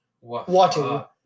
water